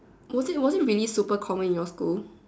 was it was it really super common in your school